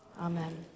Amen